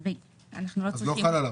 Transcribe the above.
אז זה לא חל עליו.